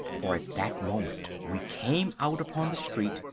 for at that moment we came out upon the street,